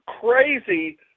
crazy